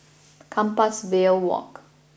Compassvale Walk